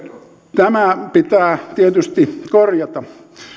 tämä pitää tietysti korjata